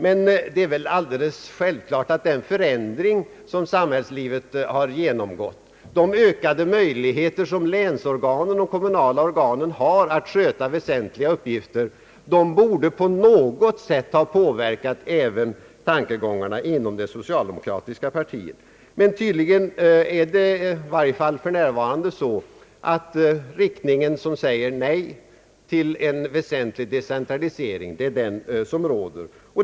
Men det är väl alldeles självklart att den förändring som samhällslivet genomgått, med de ökade möjligheter som länsorganen och de kommunala organen har att sköta väsentliga uppgifter, på något sätt borde ha påverkat även tankegångarna inom det socialdemokratiska partiet. Men tydligen råder i varje fall för närvarande den riktning som säger nej till en väsentlig decentralisering.